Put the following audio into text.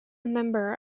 member